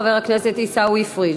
חבר הכנסת עיסאווי פריג'.